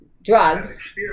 Drugs